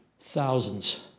thousands